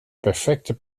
perfecte